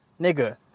nigga